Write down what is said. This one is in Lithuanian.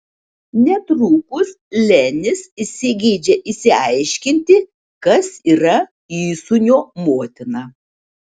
netrukus lenis įsigeidžia išsiaiškinti kas yra įsūnio motina